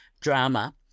drama